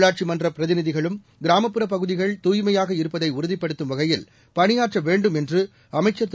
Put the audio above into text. உள்ளாட்சி மன்ற பிரதிநிதிகளும் கிராமப்புற பகுதிகள் தூய்மையாக இருப்பதை உறுதிப்படுத்தும் வகையில் பணியாற்ற வேண்டும் என்று அமைச்சர் திரு